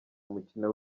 umukino